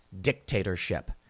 dictatorship